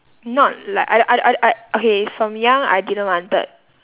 not like I did~ I I I okay from young I didn't wanted